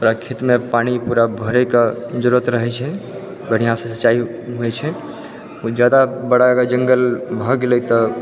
खेतमे पानि पूरा भरैके जरूरत रहै छै बढ़िआँसँ सिञ्चाइ होइ छै ओ जादा बड़ा अगर जङ्गल भए गेलै तऽ